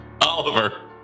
Oliver